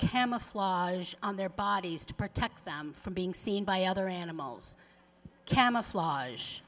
camouflage on their bodies to protect them from being seen by other animals camouflage